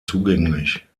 zugänglich